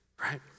right